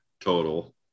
total